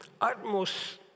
utmost